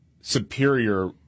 superior